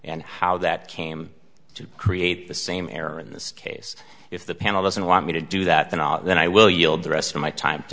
and how that came to create the same error in this case if the panel doesn't want me to do that then i'll then i will yield the rest of my time to